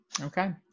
Okay